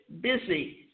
busy